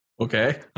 Okay